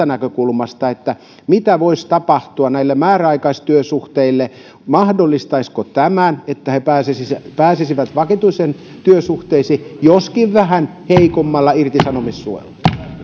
näkökulmasta mitä voisi tapahtua näille määräaikaistyösuhteille mahdollistaisiko tämä sen että he pääsisivät pääsisivät vakituisiin työsuhteisiin joskin vähän heikommalla irtisanomissuojalla